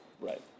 Right